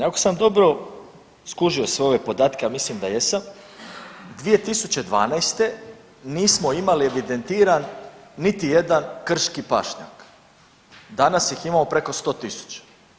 Ako sam dobro skužio sve ove podatke, a ja mislim da jesam, 2012. nismo imali evidentiran niti jedan krški pašnjak, danas ih imamo preko 100.000.